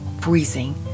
freezing